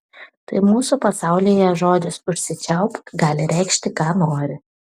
tai mūsų pasaulyje žodis užsičiaupk gali reikšti ką nori